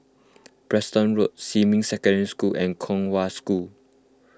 Preston Road Xinmin Secondary School and Kong Hwa School